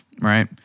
right